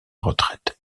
retraite